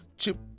chip